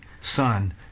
Son